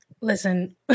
Listen